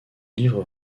livre